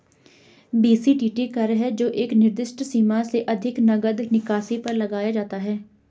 BCTT कर है जो एक निर्दिष्ट सीमा से अधिक नकद निकासी पर लगाया जाता है